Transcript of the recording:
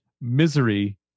Misery